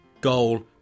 Goal